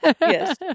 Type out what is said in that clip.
yes